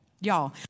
Y'all